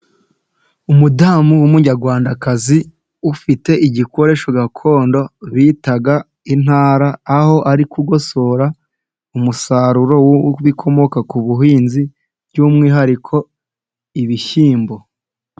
Umudamu w'umunyarwandakazi ufite igikoresho gakondo bita intara, aho ari kugosora umusaruro w'ibikomoka ku buhinzi by'umwihariko ibishyimbo.